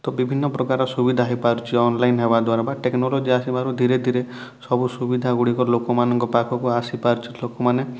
ତ ବିଭିନ୍ନ ପ୍ରକାର ସୁବିଧା ହୋଇପାରୁଛି ଅନ୍ଲାଇନ୍ ହେବା ଦ୍ୱାରା ବା ଟେକ୍ନୋଲଜି ଆସିବାରୁ ଧୀରେ ଧୀରେ ସବୁ ସୁବିଧାଗୁଡ଼ିକ ଲୋକମାନଙ୍କ ପାଖକୁ ଆସି ପାରୁଛି ଲୋକମାନେ